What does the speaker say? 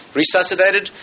resuscitated